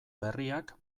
berriak